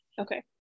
Okay